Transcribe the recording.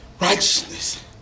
righteousness